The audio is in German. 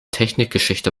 technikgeschichte